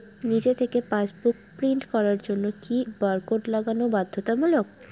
নিজে থেকে passbook print করার জন্য কি বারকোড লাগানো বাধ্যতামূলক?